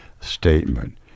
statement